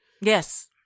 Yes